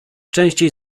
częściej